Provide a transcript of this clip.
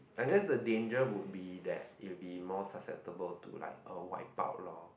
I guess the danger will be that it will be more susceptible to like a wipe out lor